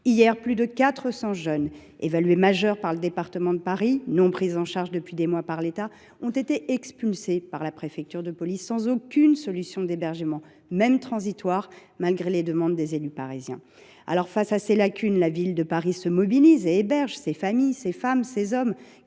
Hier, plus de 400 jeunes, évalués majeurs par le département de Paris et non pris en charge depuis des mois par l’État, ont été expulsés par la préfecture de police, sans aucune solution d’hébergement, même transitoire, malgré les demandes des élus parisiens. Face aux lacunes de l’État, la Ville de Paris se mobilise et héberge ces familles, ces femmes, ces hommes